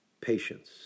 patience